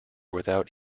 without